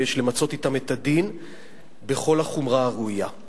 ויש למצות אתם את הדין בכל החומרה הראויה.